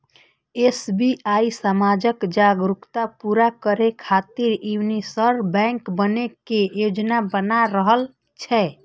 SBI समाजक जरूरत पूरा करै खातिर यूनिवर्सल बैंक बनै के योजना बना रहल छै